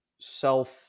self